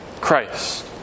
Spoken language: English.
Christ